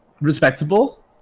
Respectable